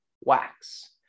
wax